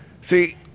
See